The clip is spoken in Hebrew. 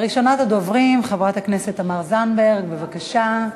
ראשונת הדוברים, חברת הכנסת תמר זנדברג, בבקשה,